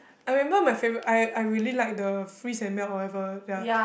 I remember my favourite I I really like the freeze and melt whatever ya